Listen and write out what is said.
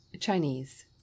Chinese